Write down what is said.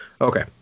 Okay